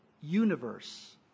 universe